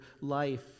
life